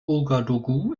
ouagadougou